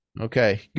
Okay